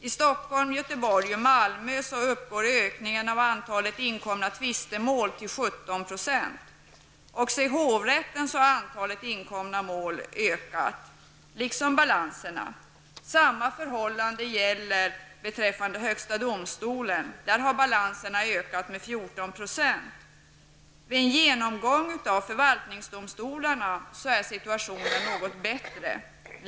I Stockholm, Göteborg och Malmö har antalet inkomna tvistemål ökat med 17 %. Också i hovrätterna har antalet inkomna mål liksom balanserna ökat. Samma förhållande gäller beträffande högsta domstolen. Där har balanserna ökat med 14 %. Vid en genomgång av förvaltningsdomstolarna har det framkommit att situationen är något bättre.